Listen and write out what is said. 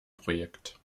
projekt